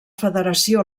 federació